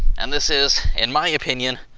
and this is, in my opinion,